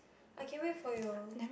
I can wait for you